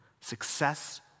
Success